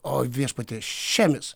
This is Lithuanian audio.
o viešpatie šemis